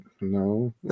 no